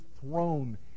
throne